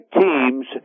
teams